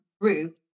group